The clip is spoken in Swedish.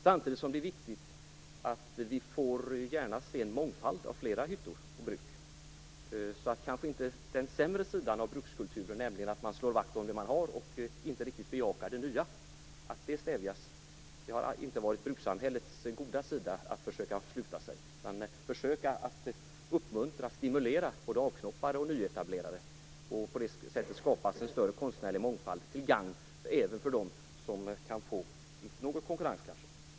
Samtidigt är det viktigt att framhålla att vi gärna ser en mångfald, flera hyttor och bruk, och att den sämre sidan av brukskulturen - att man slår vakt om det man har och inte riktigt bejakar det nya - stävjas. Det har ju inte varit brukssamhällets goda sida att försöka låta bli att sluta sig. I stället handlar det om att försöka uppmuntra och stimulera både avknoppare och nyetablerare. På det sättet skapas en större konstnärlig mångfald, till gagn även för dem som kanske får viss konkurrens.